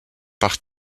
par